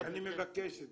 אני מבקש את זה.